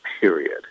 period